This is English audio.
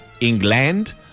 England